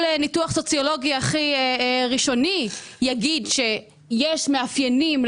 כל ניתוח סוציולוגי הכי ראשוני יגיד שלחברות מסוימות יש מאפיינים,